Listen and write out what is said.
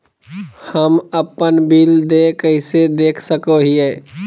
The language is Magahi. हम अपन बिल देय कैसे देख सको हियै?